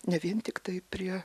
ne vien tiktai prie